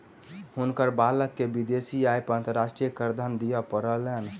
हुनकर बालक के विदेशी आय पर अंतर्राष्ट्रीय करधन दिअ पड़लैन